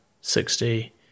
sixty